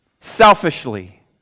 selfishly